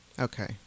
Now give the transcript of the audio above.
Okay